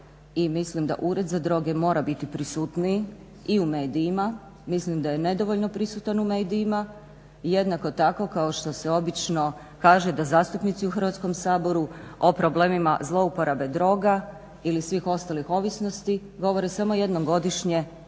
mislim da Ured za droge mora biti prisutniji i u medijima. Mislim da je nedovoljno prisutan u medijima. Jednako tako kao što se obično kaže da zastupnici u Hrvatskom saboru o problemima zlouporabe droga ili svih ostalih ovisnosti govore samo jednom godišnje kada je